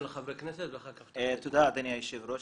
תודה אדוני היושב-ראש.